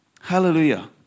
Hallelujah